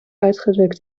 uitgedrukt